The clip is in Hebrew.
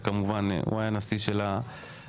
הוא היה הנשיא של המועצה,